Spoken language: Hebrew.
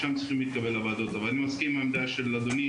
אבל אני מסכים עם העמדה של אדוני,